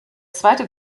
zweite